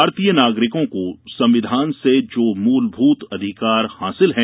भारतीय नागरिकों को संविधान से जो मूलभूत अधिकार हासिल है